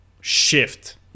shift